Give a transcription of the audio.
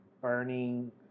burning